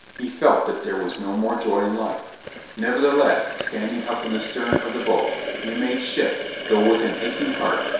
he felt that there was no more joy in life nevertheless, standing up in the stern of the boat, he made shift, though with an aching heart,